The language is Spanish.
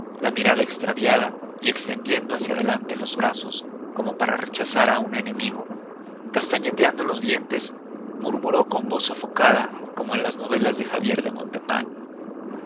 la mirada extraviada y extendiendo hacia adelante los brazos como para rechazar a un enemigo castañeteando los dientes murmuró con voz sofocada como en las novelas de javier de montepin